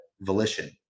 volition